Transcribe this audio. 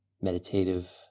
meditative